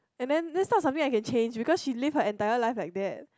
and then that's no something I can change because she lives her entire life like that